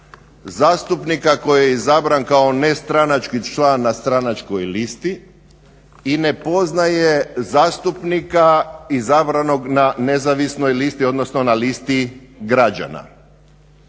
zastupnika koji je izabran kao nestranački član na stranačkoj listi i ne poznaje zastupnika izabranog na nezavisnoj listi, odnosno na listi građana.